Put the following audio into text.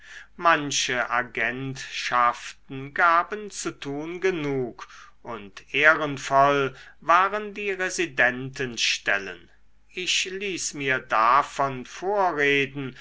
manche agentschaften gaben zu tun genug und ehrenvoll waren die residentenstellen ich ließ mir davon vorreden